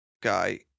guy